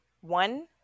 one